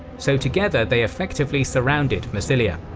so together they effectively surrounded massilia.